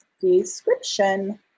description